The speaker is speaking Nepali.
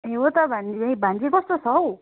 ए हो त भान्जी है भान्जी कस्तो छ हौ